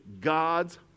God's